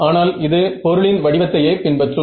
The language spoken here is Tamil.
ஆனால் இது பொருளின் வடிவத்தையே பின்பற்றும்